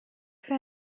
für